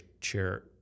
chair